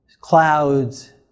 clouds